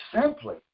simply